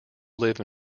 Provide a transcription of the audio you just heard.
live